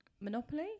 Monopoly